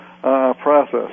process